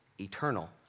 eternal